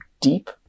deep